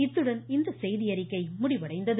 இத்துடன் இந்த செய்தியறிக்கை முடிவடைந்தது